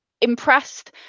impressed